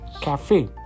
Cafe